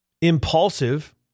impulsive